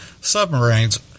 submarines